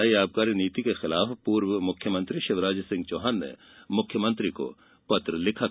गौरतलब है कि नई आबकारी नीति के खिलाफ पूर्व मुख्यमंत्री शिवराज सिंह चौहान ने मुख्यमंत्री को पत्र लिखा था